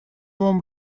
вам